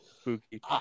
spooky